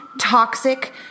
toxic